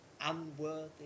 unworthy